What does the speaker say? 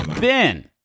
Ben